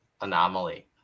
anomaly